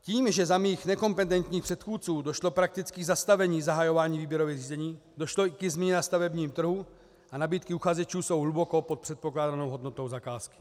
Tím, že za mých nekompetentních předchůdců došlo prakticky k zastavení zahajování výběrových řízení, došlo i ke změně na stavebním trhu a nabídky uchazečů jsou hluboko pod předpokládanou hodnotou zakázky.